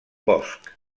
bosc